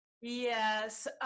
Yes